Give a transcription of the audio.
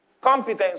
competence